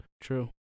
True